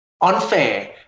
unfair